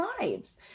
lives